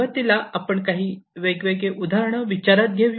सुरवातीला आपण काही उदाहरणे विचारात घेऊया